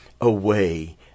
away